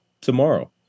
tomorrow